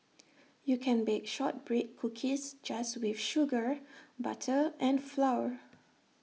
you can bake Shortbread Cookies just with sugar butter and flour